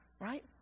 right